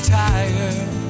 tired